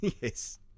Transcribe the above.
Yes